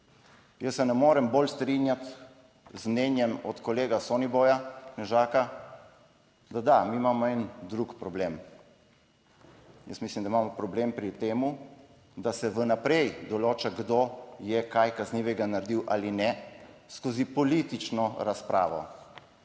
Jaz se ne morem bolj strinjati z mnenjem od kolega Soniboja Knežaka, da da, mi imamo en drug problem, Jaz mislim, da imamo problem pri tem, da se vnaprej določa, kdo je kaj kaznivega naredil ali ne, skozi politično razpravo.